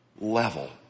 level